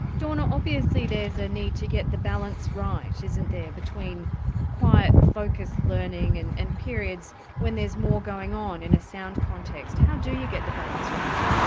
dawna, obviously there's a need to get the balance right, isn't there, between quiet, focused learning and and periods when there's more going on in a sound context. how do you get the balance right?